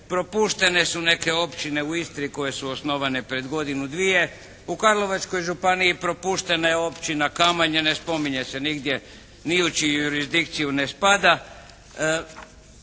propuštene su neke općine u Istri koje su osnovane pred godinu-dvije. U Karlovačkoj županiji propuštena je općina Kamanje, ne spominje se nigdje, ni u čiju jurisdikciju ne spada.